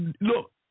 look